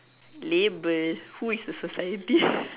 label who is the society